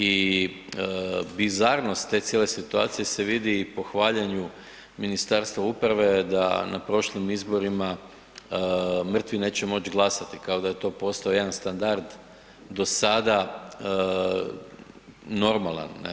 I bizarnost te cijele situacije se vidi i po hvaljenju Ministarstva uprave da na prošlim izborima mrtvi neće moći glasati kao da je to postojao jedan standard do sada normalan.